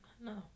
No